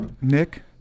Nick